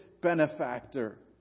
benefactor